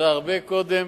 אלא הרבה קודם